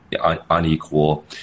unequal